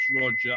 Roger